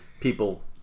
people